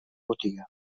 botiga